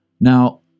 Now